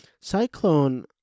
Cyclone